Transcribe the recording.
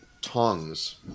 tongs